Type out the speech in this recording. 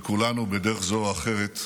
וכולנו, בדרך זו או אחרת,